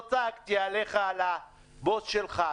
לא צעקתי עליך על הבוס שלך.